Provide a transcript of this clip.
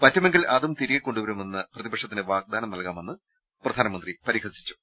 പറ്റുമെങ്കിൽ അതും തിരികെ കൊണ്ടുവരുമെന്ന് പ്രതിപ ക്ഷത്തിന് വാഗ്ദാനം നൽകാമെന്ന് പ്രധാനമന്ത്രി പരിഹസിച്ചു